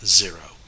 zero